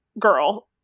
girl